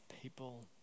people